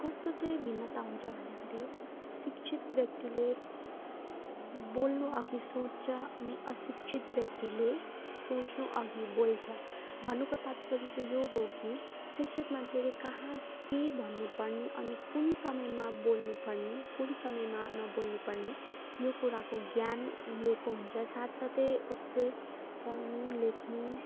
कस्तो चाहिँ भिन्नता हुन्छ भन्दाखेरि शिक्षित व्यक्तिले बोल्नु अघि सोच्छ अनि अशिक्षित व्यक्तिले सोच्नु अघि बोल्छ भन्नुको तात्पर्य चाहिँ यो हो कि शिक्षित मान्छेले कहाँ के भन्नुपर्ने अनि कुन समयमा बोल्नु पर्ने कुन समयमा नबोल्नु पर्ने यो कुराको ज्ञान लिएको हुन्छ साथसाथै उसले पढुनु लेख्नु